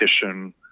petition